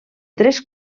tres